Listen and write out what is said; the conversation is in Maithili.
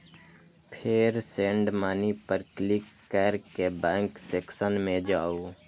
फेर सेंड मनी पर क्लिक कैर के बैंक सेक्शन मे जाउ